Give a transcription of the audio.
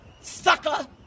sucker